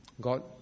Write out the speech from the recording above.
God